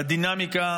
את הדינמיקה,